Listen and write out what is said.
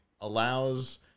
allows